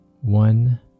One